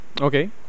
Okay